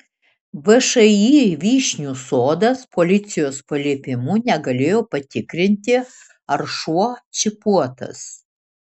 všį vyšnių sodas policijos paliepimu negalėjo patikrinti ar šuo čipuotas